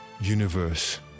universe